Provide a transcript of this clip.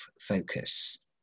focus